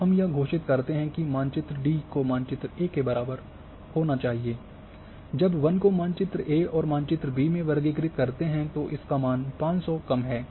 तो हम यह घोषित करते हैं कि मानचित्र डी को मानचित्र ए के बराबर होना चाहिए जब वन को मानचित्र ए और मानचित्र B में वर्गीकृत करते हैं तो इसका मान 500 कम है